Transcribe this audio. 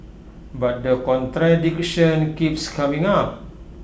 but the contradiction keeps coming up